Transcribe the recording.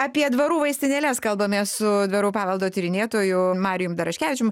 apie dvarų vaistinėles kalbamės su dvarų paveldo tyrinėtoju marijum daraškevičium